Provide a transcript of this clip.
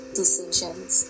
decisions